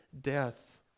death